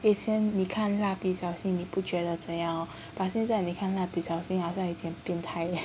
isn't 你看蜡笔小新你不觉得怎样 hor but 现在你看蜡笔小新好像有点变态